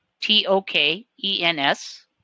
T-O-K-E-N-S